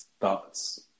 thoughts